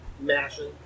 mashing